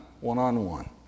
one-on-one